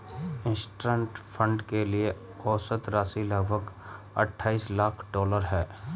trust fund के लिए औसत राशि लगभग अट्ठाईस लाख डॉलर है